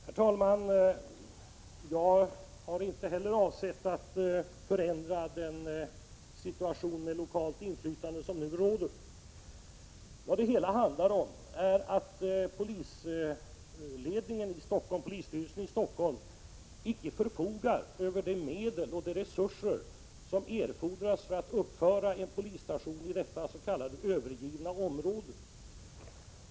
Herr talman! Jag har inte heller avsett att förändra den ordning med lokalt inflytande som nu råder. Det handlar om att polisstyrelsen i Stockholm icke förfogar över de medel och de resurser som erfordras för att uppföra en polisstation i detta s.k. övergivna område.